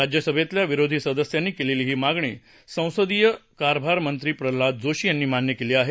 राज्यसभेतल्या विरोधी सदस्यांनी केलेली ही मागणी संसदीय कारभार मंत्रीप्रल्हाद जोशी यांनी मान्य केली आहे